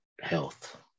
health